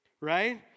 Right